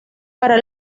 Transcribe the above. para